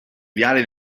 viale